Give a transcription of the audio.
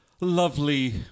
lovely